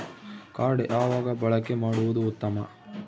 Card ಯಾವಾಗ ಬಳಕೆ ಮಾಡುವುದು ಉತ್ತಮ?